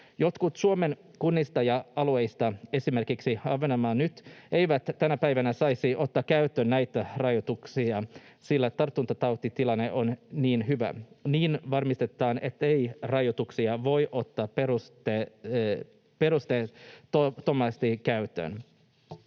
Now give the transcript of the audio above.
Jotkut Suomen kunnista ja alueista, esimerkiksi Ahvenanmaa nyt, eivät tänä päivänä saisi ottaa käyttöön näitä rajoituksia, sillä tartuntatautitilanne on niin hyvä. Niin varmistetaan, ettei rajoituksia voi ottaa perusteettomasti käyttöön.